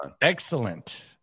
excellent